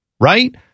right